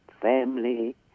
family